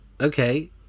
Okay